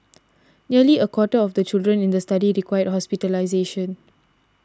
nearly a quarter of the children in the study required hospitalisation